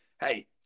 Hey